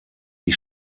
die